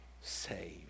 saved